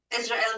Israel